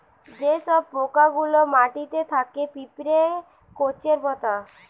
যে সব পোকা গুলা মাটিতে থাকে পিঁপড়ে, কেঁচোর মত